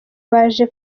baje